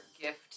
gift